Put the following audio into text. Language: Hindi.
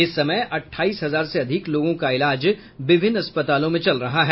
इस समय अटठाईस हजार से अधिक लोगों का इलाज विभिन्न अस्पतालों में चल रहा है